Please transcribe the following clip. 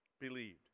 believed